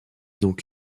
donc